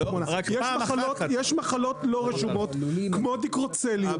יש מחלות לא רשומות כמו דיקרוצליום,